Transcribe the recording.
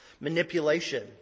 Manipulation